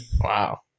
Wow